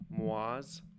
Moaz